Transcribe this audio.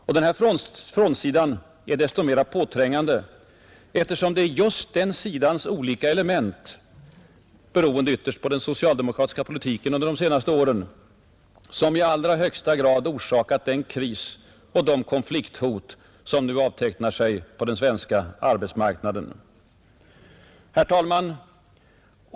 Och frånsidan är desto mer påträngande, eftersom det är just den sidans olika element — beroende ytterst på de senaste årens socialdemokratiska politik — som i allra högsta grad har orsakat den kris och de konflikthot som nu avtecknar sig på den svenska arbetsmarknaden. Fru talman!